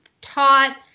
taught